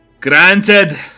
Granted